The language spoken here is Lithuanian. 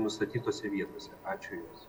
nustatytose vietose ačiū jums